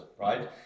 right